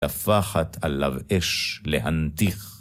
הפחת עליו אש להנתיך.